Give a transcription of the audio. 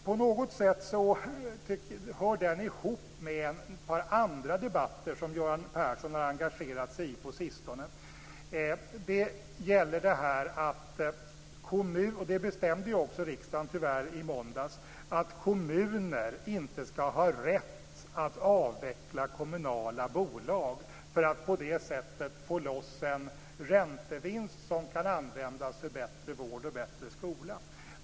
På något sätt hör den ihop med ett par andra debatter som Göran Persson har engagerat sig i på sistone. Det gäller detta med att kommuner inte skall ha rätt att avveckla kommunala bolag - vilket riksdagen också tyvärr bestämde i måndags - för att på det sättet få loss en räntevinst som kan användas för bättre vård och bättre skola.